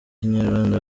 kinyarwanda